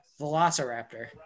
Velociraptor